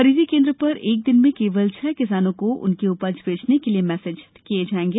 खरीदी केन्द्र पर एक दिन में केवल छह किसानों को उनकी उपज बेचने के लिये मेसेज दिये जाएंगे